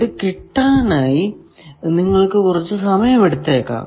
ഇത് കിട്ടാനായി നിങ്ങൾ കുറച്ചു സമയമെടുത്തേക്കാം